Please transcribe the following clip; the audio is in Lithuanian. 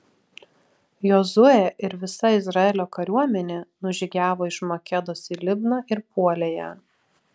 jozuė ir visa izraelio kariuomenė nužygiavo iš makedos į libną ir puolė ją